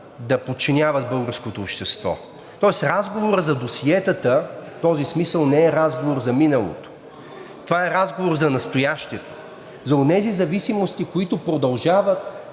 да подчиняват българското общество. Тоест разговорът за досиетата в този смисъл не е разговор за миналото. Това е разговор за настоящето, за онези зависимости, които продължават